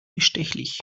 bestechlich